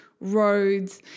roads